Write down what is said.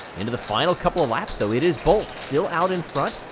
into the final couple of laps, though. it is blt still out in front.